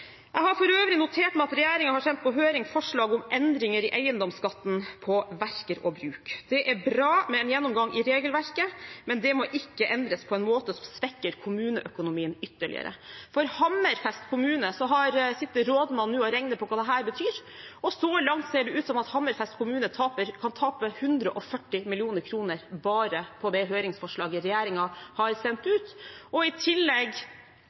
Jeg har for øvrig notert meg at regjeringen har sendt på høring forslag om endringer i eiendomsskatten på verk og bruk. Det er bra med en gjennomgang i regelverket, men det må ikke endres på en måte som svekker kommuneøkonomien ytterligere. For Hammerfest kommune sitter rådmannen nå og regner på hva dette betyr, og så langt ser det ut som at Hammerfest kommune kan tape 140 mill. kr bare på det høringsforslaget regjeringen har sendt ut. I tillegg